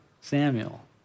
Samuel